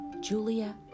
Julia